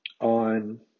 on